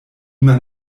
man